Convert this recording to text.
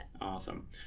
Awesome